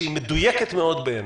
שהיא מדויקת מאוד בעיניי,